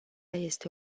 este